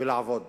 ולעבוד